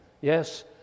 yes